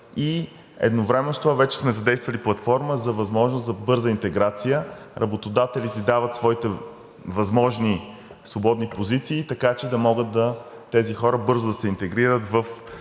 и едновременно с това вече сме задействали платформа за възможност за бърза интеграция. Работодателите дават своите възможни свободни позиции, така че да могат тези хора бързо да се интегрират в